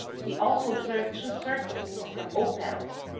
he also observed two circles on some oak panels,